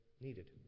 needed